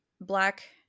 black